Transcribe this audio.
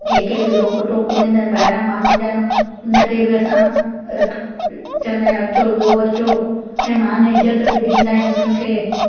कंहिं खे रोकु टोकु नाहे ॿाहिरां माण्हू ईंदा आहिनि उनखे बि असां रख चवंदा आहियूं अचो विहो अचो ऐं मान इज़त बि ॾींदा आहियूं ऐं उन्हनि खे